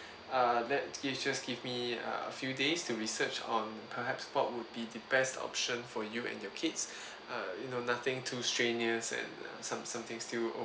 uh that you just give me uh a few days to research on perhaps what would be the best option for you and your kids uh you know nothing too strenuous and some something still